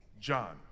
John